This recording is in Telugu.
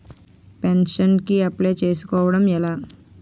పెన్షన్ కి అప్లయ్ చేసుకోవడం ఎలా?